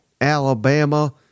Alabama